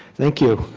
thank you.